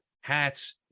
hats